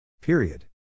Period